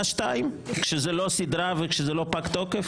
היה שתיים כשזאת לא סדרה וכשזה לא פג תוקף?